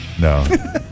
No